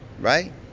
right